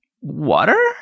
Water